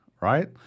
right